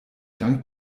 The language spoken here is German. dank